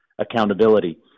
accountability